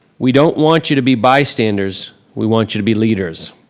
we don't want you to be bystanders, we want you to be leaders.